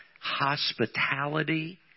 hospitality